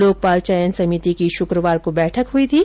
लोकपाल चयन समिति की श्रक्रवार को बैठक हई थी